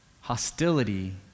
Hostility